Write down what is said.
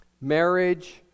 Marriage